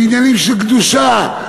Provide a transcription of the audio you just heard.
בעניינים של קדושה,